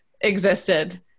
existed